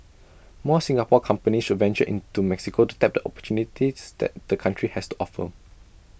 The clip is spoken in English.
more Singapore companies should venture into Mexico to tap the opportunities that the country has to offer